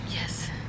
Yes